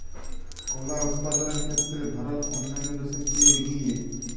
কলা উৎপাদনের ক্ষেত্রে ভারত অন্যান্য দেশের চেয়ে এগিয়ে